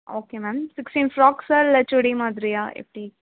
okay ma'am sixteen ஃப்ராக்ஸா இல்லை சுடி மாதிரியா எப்படி